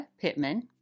Pittman